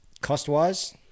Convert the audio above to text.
Cost-wise